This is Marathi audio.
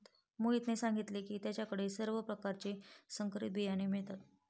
मोहितने सांगितले की त्याच्या कडे सर्व प्रकारचे संकरित बियाणे मिळतात